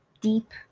deep